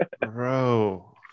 bro